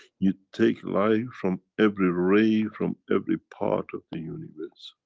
you take life from every ray, from every part of the universe.